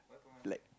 black